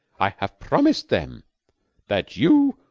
i have promised them that you,